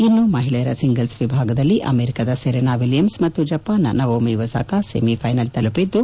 ಇನ್ನು ಮಹಿಳೆಯರ ಸಿಂಗಲ್ಸ್ ವಿಭಾಗದಲ್ಲಿ ಅಮೆರಿಕದ ಸೆರೆನಾ ವಿಲಿಯಮ್ಸ್ ಮತ್ತು ಜಪಾನ್ ನ ನವೊಮಿ ಒಸಾಕಾ ಸೆಮಿಫ್ಲೆನಲ್ ತಲುಪಿದ್ದು